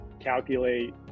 calculate